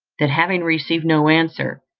that having received no answer,